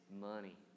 money